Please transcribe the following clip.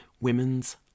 Women's